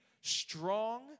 strong